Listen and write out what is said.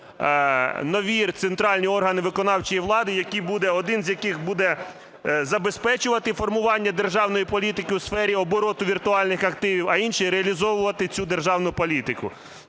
нові центральні органи виконавчої влади, один з яких буде забезпечувати формування державної політики у сфері обороту віртуальних активів, а інший реалізовувати цю державну політику.